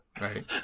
right